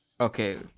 Okay